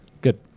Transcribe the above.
Good